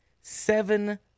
seven